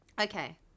Okay